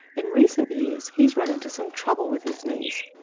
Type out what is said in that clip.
in recent years he's run into some trouble with his knees.